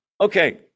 Okay